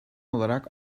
olarak